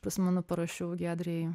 prisimenu parašiau giedrei